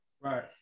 Right